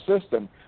system